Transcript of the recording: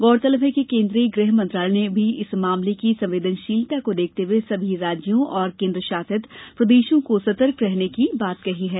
गौरतलब है कि केन्द्रीय गृहमंत्रालय ने भी इस मामले की संवेदनशीलता को देखते हुए सभी राज्यों और केन्द्र शासित प्रदेशों को सतर्क रहने की बात कही है